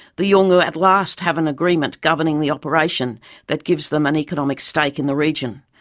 the yolngu at last have an agreement governing the operation that gives them an economic stake in the region.